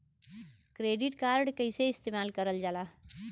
Credit card कईसे इस्तेमाल करल जाला?